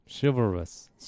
Chivalrous